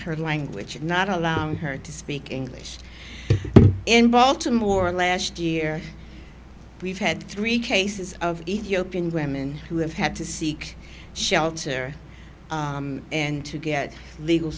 her language not allowing her to speak english in baltimore last year we've had three cases of ethiopian women who have had to seek shelter and to get legal